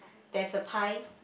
there's a pie